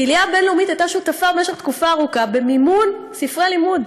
הקהילה הבין-לאומית הייתה שותפה במשך תקופה ארוכה במימון ספרי לימוד,